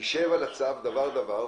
נשב על הצו דבר-דבר,